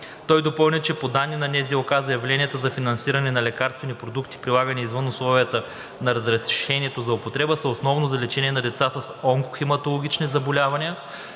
Той допълни, че по данни на НЗОК заявленията за финансиране на лекарствени продукти, прилагани извън условията на разрешението за употреба, са основно за лечение на деца с онкохематологични заболявания,